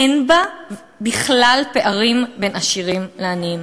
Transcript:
אין בה בכלל פערים בין עשירים לעניים.